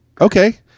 Okay